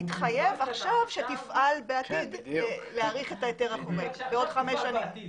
בלבד שאתה מתחייב להאריך את ההיתר החורג בעוד חמש שנים.